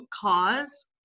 cause